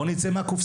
בואו נצא מהקופסא.